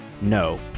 No